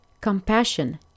compassion